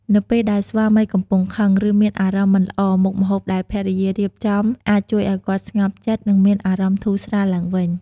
នៅពេលដែលស្វាមីកំពុងខឹង ឬមានអារម្មណ៍មិនល្អ មុខម្ហូបដែលភរិយារៀបចំអាចជួយឲ្យគាត់ស្ងប់ចិត្ត និងមានអារម្មណ៍ធូរស្រាលឡើងវិញ។